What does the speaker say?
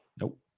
Nope